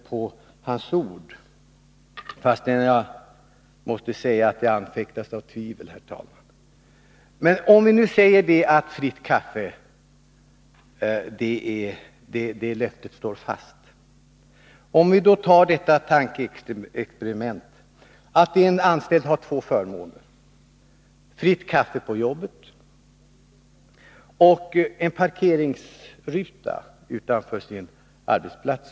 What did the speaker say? Om jag nu — fastän jag anfäktas av tvivel, herr talman — skall tro finansministern på hans ord, står löftet om fritt kaffe fast. Vi kan då göra följande tankeexperiment. En anställd har två förmåner: fritt kaffe på jobbet och en parkeringsruta utanför sin arbetsplats.